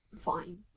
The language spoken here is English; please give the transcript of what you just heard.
Fine